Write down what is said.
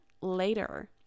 later